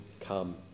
come